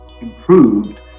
improved